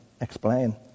explain